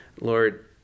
Lord